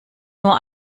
nur